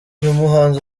muhanzi